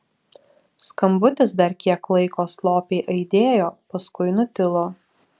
skambutis dar kiek laiko slopiai aidėjo paskui nutilo